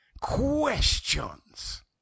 Questions